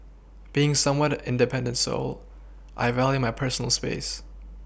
being somewhat independent soul I value my personal space